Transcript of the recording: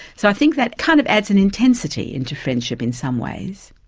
so i think that kind of adds an intensity into friendship in some ways.